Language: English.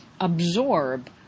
absorb